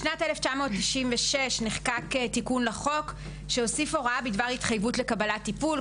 בשנת 1996 נחקק תיקון לחוק שהוסיף הוראה בדבר התחייבות לקבלת טיפול.